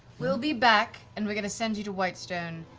we'll be back, and we're going to send you to whitestone,